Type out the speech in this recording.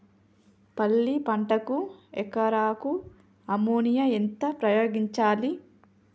పల్లి పంటకు ఎకరాకు అమోనియా ఎంత ఉపయోగించాలి?